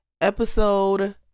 episode